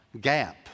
gap